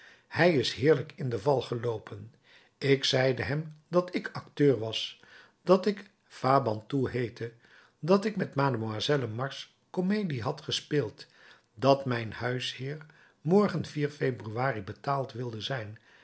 hij is heerlijk in de val geloopen ik zeide hem dat ik acteur was dat ik fabantou heette dat ik met mademoiselle mars comedie had gespeeld dat mijn huisheer morgen vier februari betaald wilde zijn